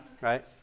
right